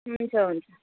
हुन्छ हुन्छ